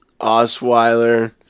Osweiler